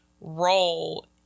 role